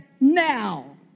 now